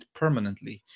permanently